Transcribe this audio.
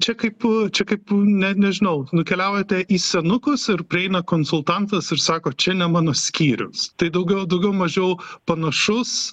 čia kaip čia kaip ne nežinau nukeliaujate į senukus ir prieina konsultantas ir sako čia ne mano skyrius tai daugiau daugiau mažiau panašus